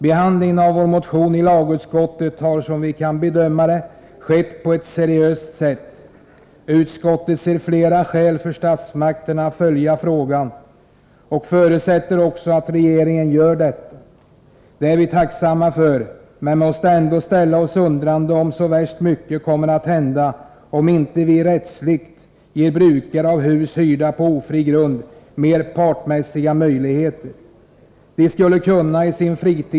Behandlingen av vår motion i lagutskottet har, som vi kan bedöma, skett på ett seriöst sätt. Utskottet ser flera skäl för statsmakterna att följa frågan och förutsätter också att regeringen gör detta. Det är vi tacksamma för, men vi frågar oss om så värst mycket kommer att hända, om vi inte ger brukarna av hus på ofri grund större rättsliga möjligheter som förhandlingspart.